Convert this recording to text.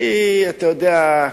אני, אתה יודע,